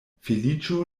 feliĉo